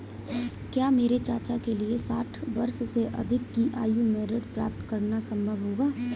क्या मेरे चाचा के लिए साठ वर्ष से अधिक की आयु में ऋण प्राप्त करना संभव होगा?